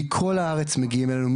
מכל הארץ מגיעים אלינו,